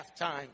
halftime